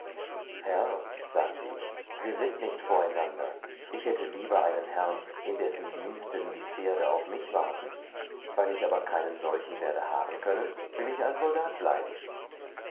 herr sagte ich wir sind nicht voreinander ich hätte lieber einen herrn in dessen diensten die pferde auf mich warten weil ich aber keinen solchen werde haben können will ich ein soldat bleiben